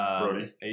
Brody